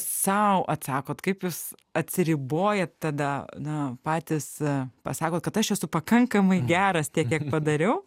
sau atsakot kaip jūs atsiribojat tada na patys pasakot kad aš esu pakankamai geras tiek kiek padariau